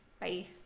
Bye